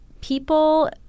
people